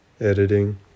Editing